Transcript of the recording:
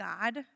God